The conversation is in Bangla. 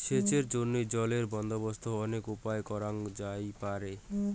সেচের জইন্যে জলের বন্দোবস্ত অনেক উপায়ে করাং যাইপারে